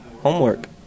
Homework